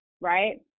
right